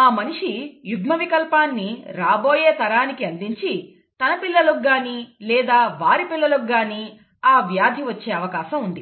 ఆ మనిషి యుగ్మ వికల్పాన్ని రాబోయే తరానికి అందించి తన పిల్లలకు గానీ లేదా వారి పిల్లలకు గానీ ఆ వ్యాధి వచ్చే అవకాశం ఉంది